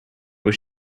was